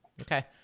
Okay